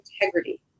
integrity